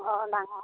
অঁ ডাঙৰ